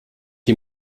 die